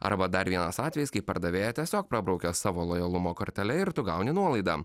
arba dar vienas atvejis kai pardavėja tiesiog prabraukia savo lojalumo kortele ir tu gauni nuolaidą